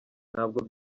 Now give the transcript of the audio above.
ntabwo